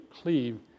cleave